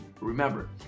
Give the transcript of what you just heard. remember